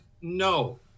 no